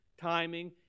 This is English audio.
timing